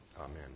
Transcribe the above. Amen